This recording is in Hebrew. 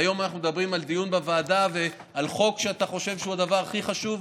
היום אנחנו מדברים על דיון בוועדה על חוק שאתה חושב שהוא הדבר הכי חשוב,